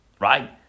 Right